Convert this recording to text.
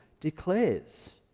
declares